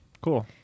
Cool